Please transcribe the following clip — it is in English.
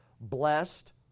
blessed